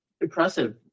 impressive